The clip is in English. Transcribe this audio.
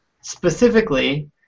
specifically